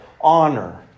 honor